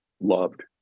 loved